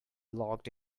locked